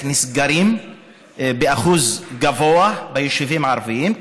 נסגרים באחוז גבוה ביישובים הערביים,